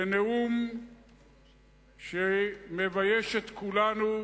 בנאום שמבייש את כולנו,